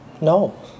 No